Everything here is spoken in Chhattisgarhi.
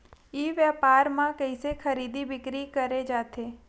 ई व्यापार म कइसे खरीदी बिक्री करे जाथे?